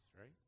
right